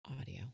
Audio